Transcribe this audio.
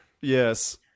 yes